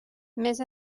més